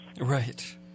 Right